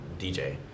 DJ